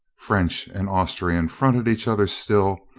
french and austrian fronted each other still,